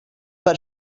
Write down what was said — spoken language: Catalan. per